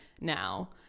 now